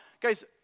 guys